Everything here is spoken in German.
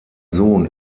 sohn